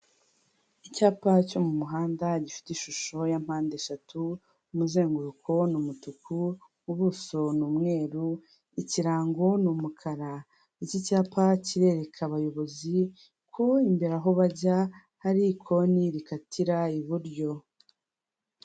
Icyapa cyo mu muhanda gifite ishusho ya mpandeshatu, umuzenguruko ni umutuku ubuso ni umweru, ikirango ni umukara, iki cyapa kirereka abayobozi ko imbere aho bajya hari ikoni rikatira iburyo.